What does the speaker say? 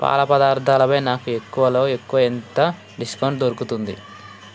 పాల పదార్ధాలపై నాకు ఎక్కువలో ఎక్కువ ఎంత డిస్కౌంట్ దొరుకుతుంది